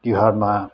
तिहारमा